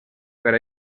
per